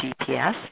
GPS